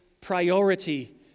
priority